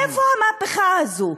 איפה המהפכה הזו?